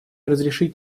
разрешить